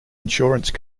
insurance